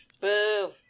Boo